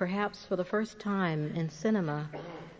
perhaps for the first time in cinema